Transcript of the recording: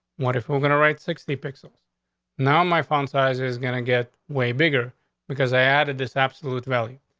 what if we're gonna write sixty pixels now? my phone size is gonna get way bigger because i added this absolute value.